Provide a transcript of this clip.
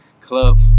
Club